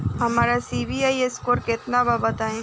हमार CIBIL score केतना बा बताईं?